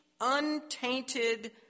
untainted